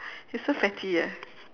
you're so fatty eh